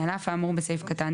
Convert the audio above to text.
העסק.